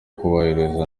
kubahiriza